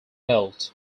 melt